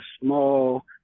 small –